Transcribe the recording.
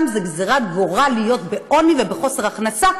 זו גזרת גורל להיות בעוני ובחוסר הכנסה,